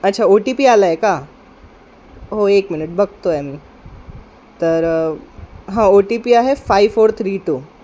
अच्छा O T P आला आहे का हो एक मिनिट बघतो आहे मी तर हां ओ टी पी आहे फाय फोर थ्री टू